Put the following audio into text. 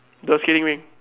the skating ring